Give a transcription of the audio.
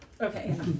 Okay